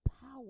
power